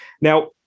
Now